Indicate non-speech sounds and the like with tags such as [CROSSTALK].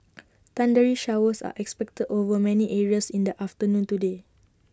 [NOISE] thundery showers are expected over many areas in the afternoon today